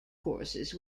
courses